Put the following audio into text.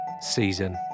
season